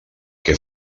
que